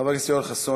חבר הכנסת יואל חסון,